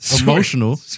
emotional